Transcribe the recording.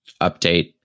update